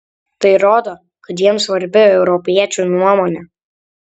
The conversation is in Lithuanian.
tai rodo kad jiems svarbi europiečių nuomonė